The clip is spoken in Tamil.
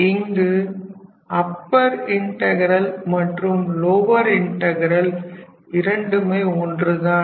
இங்கு அப்பர் இன்டகரல் மற்றும் லோவர் இன்டகரல் இரண்டுமே ஒன்றுதான்